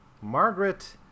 Margaret